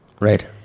Right